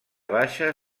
baixa